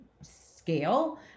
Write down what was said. scale